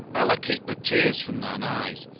allah keep the tears from thine eyes!